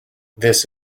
this